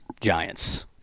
giants